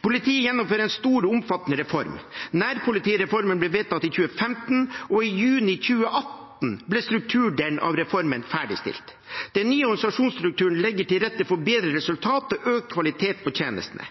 Politiet gjennomfører en stor og omfattende reform. Nærpolitireformen ble vedtatt i 2015, og i juni 2018 ble strukturdelen av reformen ferdigstilt. Den nye organisasjonsstrukturen legger til rette for bedre resultater og økt kvalitet på tjenestene.